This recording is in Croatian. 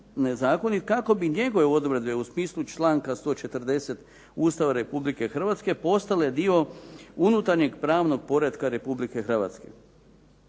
kako bi njegove odredbe u smislu članka 140. Ustava Republike Hrvatske postale dio unutarnjeg pravnog poretka Republike Hrvatske.